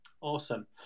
Awesome